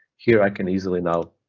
here, i can easily now